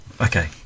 Okay